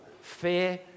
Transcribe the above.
fear